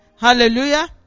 Hallelujah